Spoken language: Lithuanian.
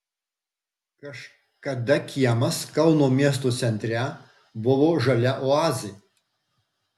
kažkada kiemas kauno miesto centre buvo žalia oazė